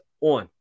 on